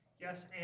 Yes